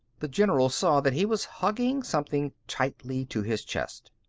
the general saw that he was hugging something tightly to his chest.